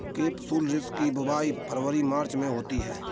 capsularis की बुवाई फरवरी मार्च में होती है